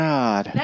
God